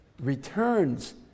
returns